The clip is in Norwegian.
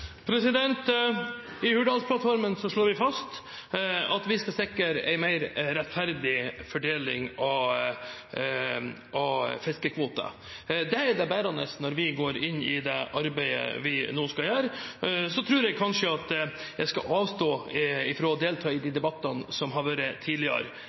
I Hurdalsplattformen slår vi fast at vi skal sikre en mer rettferdig fordeling av fiskekvoter. Det er det bærende når vi går inn i det arbeidet vi nå skal gjøre. Så tror jeg kanskje at jeg skal avstå fra å delta i de debattene som har vært tidligere.